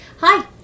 Hi